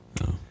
No